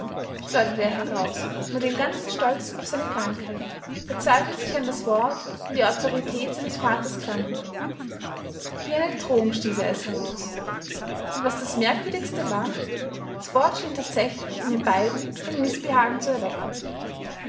schleuderte er heraus mit dem ganzen stolz auf seine krankheit verzweifelt sich an das wort an die autorität seines vaters anklammernd wie eine drohung stieß er es heraus und was das merkwürdigste war das wort schien tatsächlich in den beiden ein mißbehagen zu erwecken